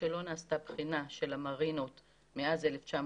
שלא נעשתה בחינה של המרינות מאז 1983,